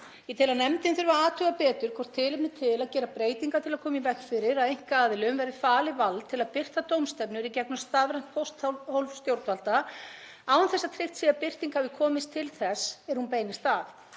Ég tel að nefndin þurfi að athuga betur hvort tilefni sé til að gera breytingar til að koma í veg fyrir að einkaaðilum verði falið vald til að birta dómstefnur í gegnum stafrænt pósthólf stjórnvalda án þess að tryggt sé að birting hafi komist til þess er hún beinist að,